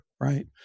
right